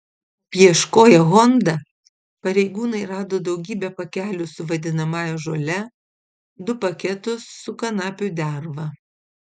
apieškoję honda pareigūnai rado daugybę pakelių su vadinamąją žole du paketus su kanapių derva